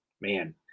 man